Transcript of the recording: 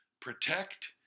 protect